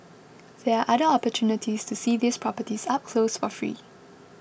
there are other opportunities to see these properties up close or free